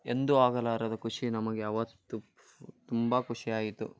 ಎಂದೂ ಆಗಲಾರದ ಖುಷಿ ನಮಗೆ ಅವತ್ತು ತುಂಬ ಖುಷಿಯಾಯಿತು